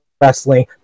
wrestling